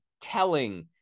telling